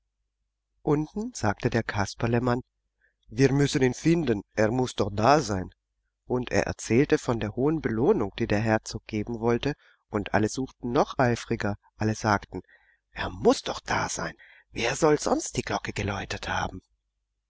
unten sagte der kasperlemann wir müssen ihn finden er muß doch da sein und er erzählte von der hohen belohnung die der herzog geben wollte und alle suchten noch eifriger alle sagten er muß doch da sein wer soll sonst die glocke geläutet haben